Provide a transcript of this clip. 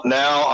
now